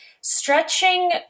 stretching